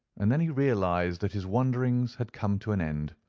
and then he realised that his wanderings had come to an end,